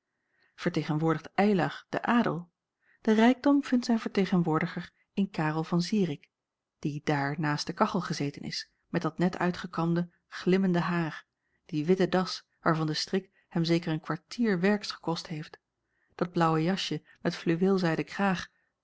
vertegenwoordigt eylar den adel de rijkdom vindt zijn vertegenwoordiger in karel van zirik die daar naast de kachel gezeten is met dat net uitgekamde glimmende haar die witte das waarvan de strik hem zeker een kwartier werks gekost heeft dat blaauwe jasje met fluweelzijden kraag